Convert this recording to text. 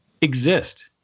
exist